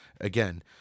again